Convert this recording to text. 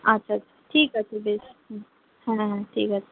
আচ্ছা আচ্ছা ঠিক আছে বেশ হুম হ্যাঁ হ্যাঁ হ্যাঁ ঠিক আছে